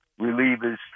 relievers